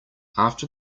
after